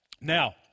Now